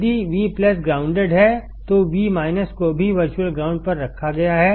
यदि Vग्राउंडेड है तो V को भी वर्चुअल ग्राउंड पर रखा गया है